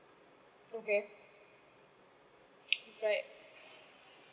okay right